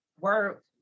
work